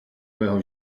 mého